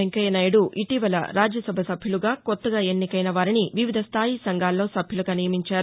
వెంకయ్య నాయుడు ఇటీవల రాజ్యసభ సభ్యులుగా కొత్తగా ఎన్నికైనవారిని వివిధ స్టాయీ సంఘాల్లో సభ్యులుగా నియమించారు